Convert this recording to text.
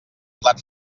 plat